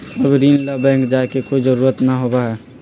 अब ऋण ला बैंक जाय के कोई जरुरत ना होबा हई